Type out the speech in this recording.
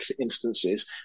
instances